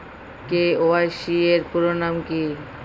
KYC এর পুরোনাম কী?